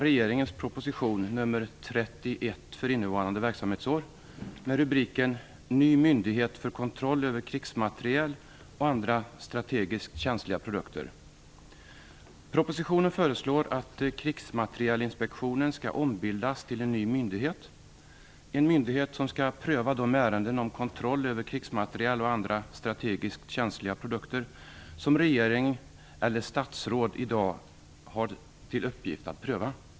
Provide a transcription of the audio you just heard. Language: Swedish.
Utrikesutskottets betänkande I propositionen föreslås att Krigsmaterielinspektionen skall ombildas till en ny myndighet, en myndighet som skall pröva de ärenden om kontroll över krigsmateriel och andra strategiskt känsliga produkter som regeringen eller ett statsråd i dag har till uppgift att pröva.